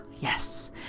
Yes